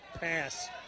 pass